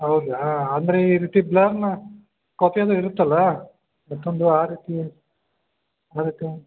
ಹೌದಾ ಅಂದರೆ ಈ ರೀತಿ ಕಾಪಿ ಎಲ್ಲ ಇರತ್ತಲ್ವ ಏಕಂದರೆ ಆ ರೀತಿ